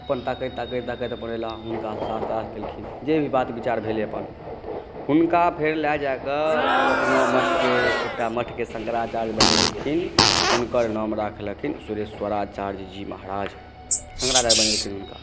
अपन ताकैत ताकैत ताकैत अपन अयलाह हुनकासॅं शास्त्रार्थ केलखिन जे भी बात विचार भेलै अपन हुनका फेर लए जाके ओ अपना मठके एकटा मठके शंकराचार्य बनेलखिन हुनकर नाम राखलखिन सुरेश्वराचार्यजी महाराज शंकराचार्य बनेलखिन हुनका